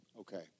Okay